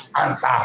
answer